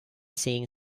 singing